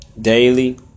Daily